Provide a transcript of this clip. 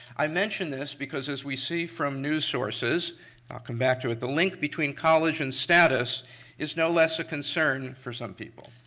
i mention this because as we see from news sources, i'll come back to it, the link between college and status is no less a concern for some people.